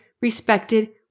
respected